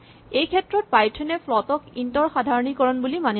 এইক্ষেত্ৰত পাইথন এ ফ্লট ক ইন্ট ৰ সাধাৰণীকৰণ বুলি মানি চলে